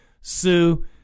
sue